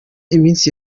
iminsi